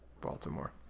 baltimore